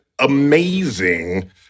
Amazing